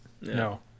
No